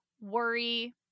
worry